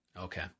Okay